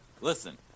listen